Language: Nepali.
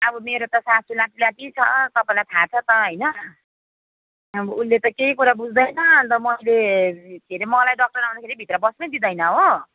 अब मेरो त सासूलाई लाटी लाटी छ सबैलाई थाहा त छ होइन अब उसले त केही कुरा बुझ्दैन अन्त मैले के अरे मलाई डक्टर आउँदाखेरि भित्र पस्नै दिँदैन हो